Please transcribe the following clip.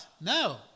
No